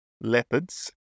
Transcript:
leopards